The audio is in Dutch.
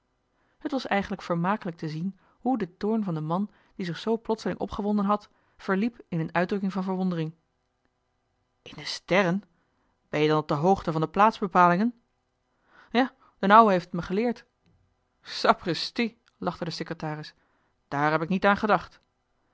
het was eigenlijk vermakelijk te zien hoe de toorn van den man die zich zoo plotseling opgewonden had verliep in een uitdrukking van verwondering in de sterren ben-je dan op de hoogte van de plaatsbepalingen ja d'n ouwe heeft t me geleerd sapristi lachte de secretaris daar heb ik niet aan gedacht